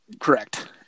Correct